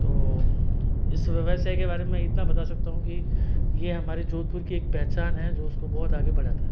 तो इस व्यवसाय के बारे में इतना बता सकता हूँ कि यह हमारे जोधपुर की एक पहचान है जो उसको बहुत आगे बढ़ाता है